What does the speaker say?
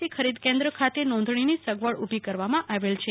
C ખરીદ કેન્દ્ર ખાતે નોંધણીની સગવડ ઉભી કરવામાં આવેલ છે